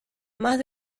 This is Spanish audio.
más